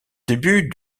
début